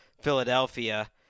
Philadelphia